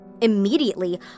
Immediately